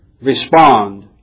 respond